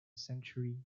century